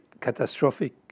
catastrophic